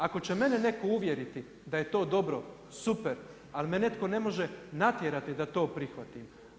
Ako će mene netko uvjeriti da je to dobro, super, ali me netko ne može natjerati da to prihvatim.